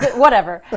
whatever,